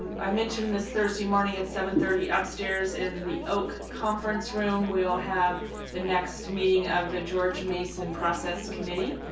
i mentioned this thursday morning at seven thirty upstairs in the oak conference room we all have the next meeting of the george mason process committee